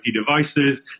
devices